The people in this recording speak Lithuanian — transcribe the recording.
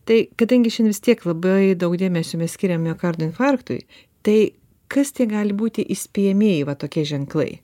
tai kadangi šiandien vis tiek labai daug dėmesio mes skiriam miokardo infarktui tai kas tie gali būti įspėjamieji va tokie ženklai